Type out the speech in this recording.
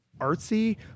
artsy